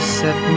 set